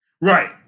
Right